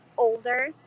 Older